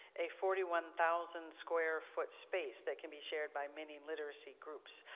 a forty one thousand square foot space, that can be shared by many literacy groups.